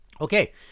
Okay